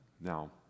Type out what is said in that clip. Now